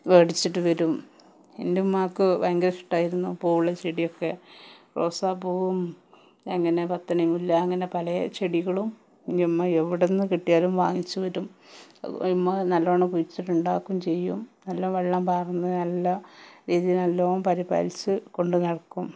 മേടിച്ചിട്ട് വരും എന്റെ ഉമ്മായ്ക്ക് ഭയങ്കര ഇഷ്ടായിരുന്നു പൂവോള്ള ചെടിയൊക്കെ റോസാപൂവും അങ്ങനെ പത്തുമണി മുല്ല അങ്ങനെ പല ചെടികളും എന്റെ ഉമ്മ എവിടുന്നു കിട്ടിയാലും വാങ്ങിച്ച് വരും ഉമ്മ നല്ലോണം വച്ചിട്ടുണ്ടാക്കും ചെയ്യും നല്ല വെള്ളം വാര്ന്ന് നല്ല രീതിയില് നല്ലോണം പരിപാലിച്ച് കൊണ്ടുനടക്കും